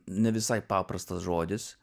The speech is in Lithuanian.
ne visai paprastas žodis